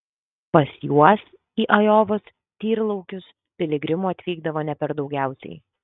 pas juos į ajovos tyrlaukius piligrimų atvykdavo ne per daugiausiai